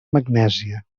magnèsia